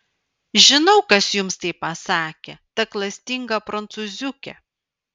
žinau kas jums tai pasakė ta klastinga prancūziuke